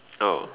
oh